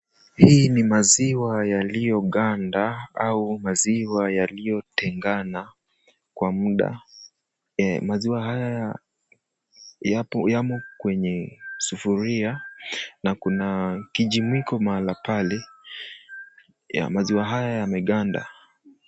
Hii ni maziwa yaliyoganda au maziwa yaliyotengana kwa muda, maziwa haya yamo kwenye sufuria na kuna kijimwiko mahala pale maziwa haya yameganda.